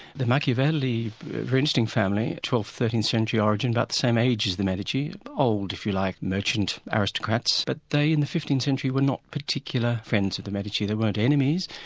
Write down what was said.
the machiavelli were an interesting family, twelfth, thirteenth century origin, about the same age as the medici, old, if you like, merchant aristocrats. but they in the fifteenth century were not particular friends of the medici they weren't enemies,